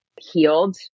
healed